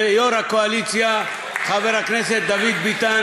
וליו"ר הקואליציה חבר הכנסת דוד ביטן,